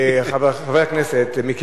חבר הכנסת דוד אזולאי,